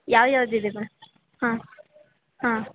ಯಾವ ಯಾವ್ದು ಇದೆ ಮಾ ಹಾಂ ಹಾಂ